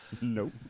nope